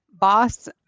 boss